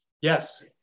Yes